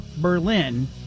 Berlin